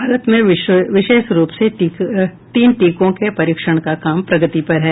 भारत में विशेष रूप से तीन टीकों के परीक्षण का काम प्रगति पर है